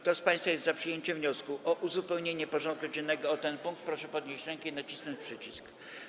Kto z państwa jest za przyjęciem wniosku o uzupełnienie porządku dziennego o ten punkt, proszę podnieść rękę i nacisnąć przycisk.